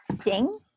Sting